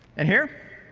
and here.